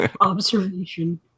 Observation